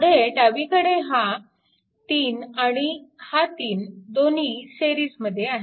पुढे डावीकडे हा 3 आणि हा 3 दोन्ही सिरीजमध्ये आहेत